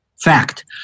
Fact